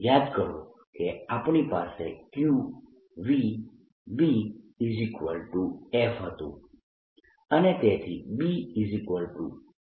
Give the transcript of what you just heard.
યાદ કરો કે આપણી પાસે qvBF હતું અને તેથી BFqv થશે